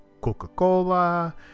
Coca-Cola